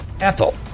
Ethel